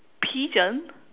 pigeon